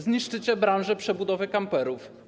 Zniszczycie branżę przebudowy kamperów.